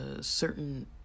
certain